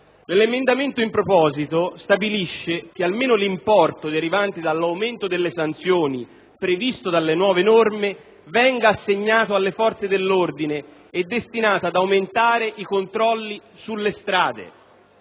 L'emendamento in proposito stabilisce che almeno l'importo derivante dall'aumento delle sanzioni previsto dalle nuove norme venga assegnato alle forze dell'ordine e destinato ad aumentare i controlli sulle strade.